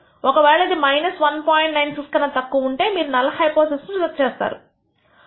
96 కన్నా తక్కువ ఉంటే మీరు నల్ హైపోథిసిస్ రిజెక్ట్ చేస్తారు